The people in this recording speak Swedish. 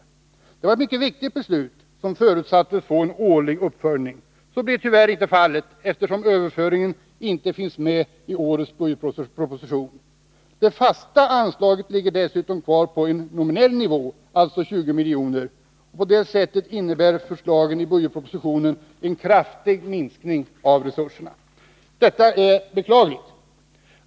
Detta var ett mycket viktigt beslut som förutsattes få en årlig uppföljning. Så blev tyvärr inte fallet, eftersom överföringen inte finns med i årets budgetproposition. Det fasta anslaget ligger dessutom kvar på nominell nivå, dvs. 20 milj.kr. I och med detta innebär förslagen i budgetpropositionen en kraftig minskning av resurserna. Detta är beklagligt.